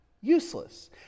useless